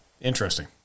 interesting